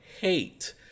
hate